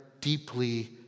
deeply